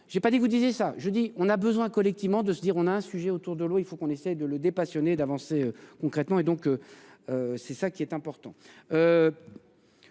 j'ai pas dit vous disiez ça, je dis on a besoin, collectivement, de se dire on a un sujet autour de l'eau, il faut qu'on essaie de le dépassionner d'avancer concrètement et donc. C'est ça qui est important.